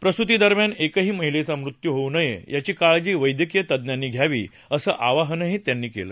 प्रसूतीदरम्यान एकही महिलेचा मृत्यू होऊ नये याची काळजी वैद्यकीय तज्ञांनी घ्यावी असं आवाहनही त्यांनी केलं